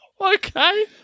Okay